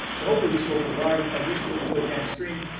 so hopefully this will provide a useful input downstream.